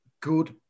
good